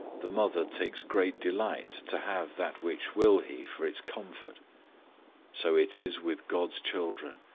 the mother takes great delight to have that which will he for its comfort so it is with god's children,